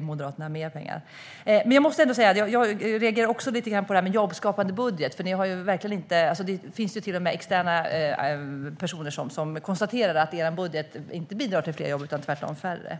Moderaterna lägger mer pengar netto. Jag reagerade också lite grann på det som sas om en jobbskapande budget. Det finns till och med personer externt som konstaterar att er budget inte bidrar till fler jobb utan tvärtom färre.